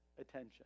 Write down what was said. attention